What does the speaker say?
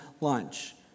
lunch